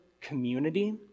community